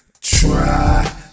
Try